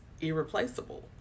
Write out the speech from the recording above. irreplaceable